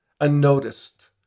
unnoticed